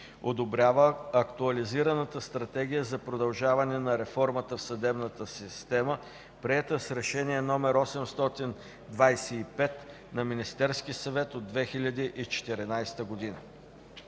Одобрява Актуализираната стратегия за продължаване на реформата в съдебната система, приета с Решение № 825 на Министерския съвет от 2014 г.”